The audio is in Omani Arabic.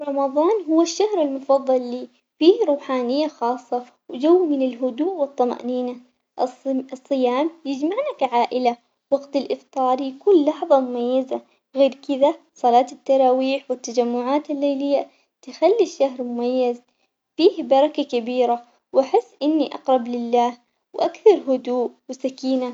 رمضان هو الشهر المفضل لي بيه روحانية خاصة في جو من الهدوء والطمأنينة، الص- الصيام يجمعنا كعائلة وقت الافطار يكون لحظة مميزة غير كذا صلاة التراويح والتجمعات الليلية تخلي الشهر مميز، بيه بركة كبيرة وأحس إني أقرب لله وأكثر هدوء وسكينة.